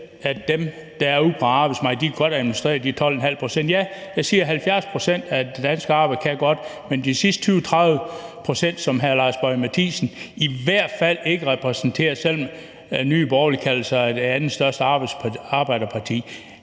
at dem, der er ude på arbejdsmarkedet, godt kan administrere de her 12,5 pct., vil jeg sige: Ja, 70 pct. af de danske arbejdere kan godt, men ikke de sidste 20-30 pct., som hr. Lars Boje Mathiesen i hvert fald ikke repræsenterer, selv om Nye Borgerlige kalder sig det andenstørste arbejderparti.